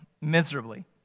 miserably